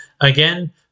Again